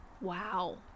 Wow